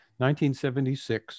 1976